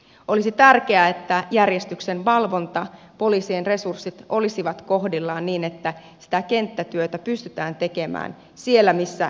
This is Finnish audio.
olisi tärkeää että järjestyksenvalvonta poliisien resurssit olisivat kohdillaan niin että kenttätyötä pystytään tekemään siellä missä järjestyshäiriöitä on